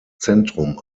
zentrum